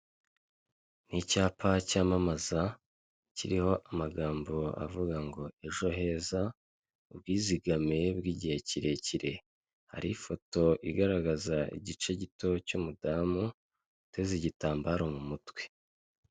Ni icyapa cyamamaza kiriho amagambo avuga ngo ejo heza ubwizigame bw'igihe kirekire. Hariho ifoto igaragaza igice gito cy'umudamu, uteze igitambaro mumutwe.